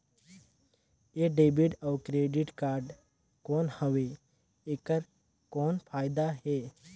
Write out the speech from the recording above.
ये डेबिट अउ credit card कौन हवे एकर कौन फाइदा हे?